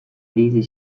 iritsi